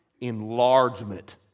enlargement